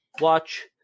watch